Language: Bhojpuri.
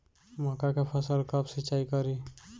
मका के फ़सल कब सिंचाई करी?